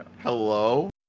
Hello